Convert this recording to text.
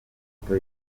ifoto